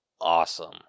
awesome